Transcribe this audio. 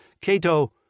Cato